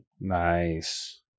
Nice